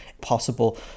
possible